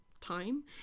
time